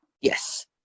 yes